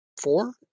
Four